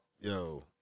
Yo